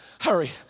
hurry